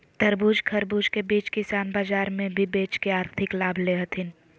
तरबूज, खरबूज के बीज किसान बाजार मे भी बेच के आर्थिक लाभ ले हथीन